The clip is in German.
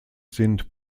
sind